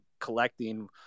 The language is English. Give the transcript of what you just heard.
collecting